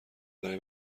برای